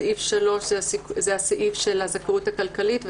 סעיף 3 הוא הסעיף של הזכאות הכלכלית,